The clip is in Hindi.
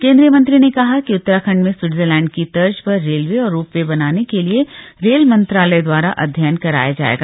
केन्द्रीय मंत्री ने कहा कि उत्तराखंड में स्विटजरलैण्ड की तर्ज पर रेलवे और रोप वे बनाने के लिए रेल मंत्रालय दवारा अध्ययन कराया जाएगा